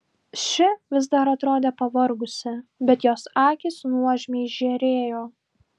ši vis dar atrodė pavargusi bet jos akys nuožmiai žėrėjo